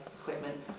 equipment